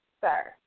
Sir